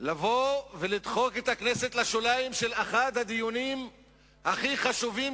לבוא ולדחוק את הכנסת לשוליים באחד הדיונים הכי חשובים,